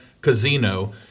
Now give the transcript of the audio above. Casino